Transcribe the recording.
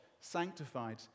sanctified